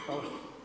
Hvala.